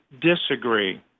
disagree